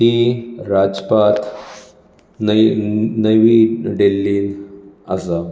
ती राजपाथ नयी नवी देल्लींत आसा